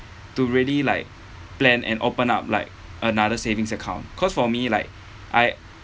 to really like plan and open up like another savings account cause for me like I